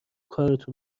کارتو